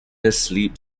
asleep